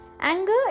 anger